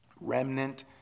Remnant